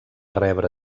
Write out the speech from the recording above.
rebre